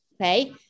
Okay